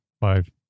five